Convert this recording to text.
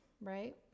right